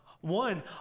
One